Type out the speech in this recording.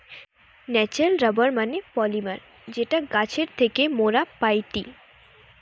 natural rubber মানে polymer যেটা গাছের থেকে মোরা পাইটি